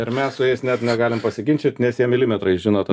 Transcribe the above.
ir mes su jais net negalim pasiginčyt nes jie milimetrais žino tas